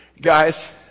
guys